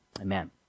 Amen